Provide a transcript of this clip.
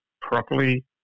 properly